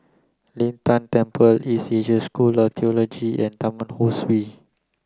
Lin Tan Temple East Asia School of Theology and Taman Ho Swee